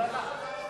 אולי תכריז על הפסקה.